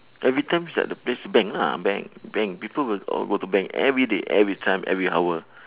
every time is like the best bank lah bank bank people will all go to bank everyday every time every hour